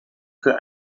für